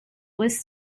was